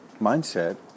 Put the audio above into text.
mindset